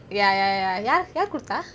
ya ya ya யாரு கொடுத்தா:yaaru koduthaa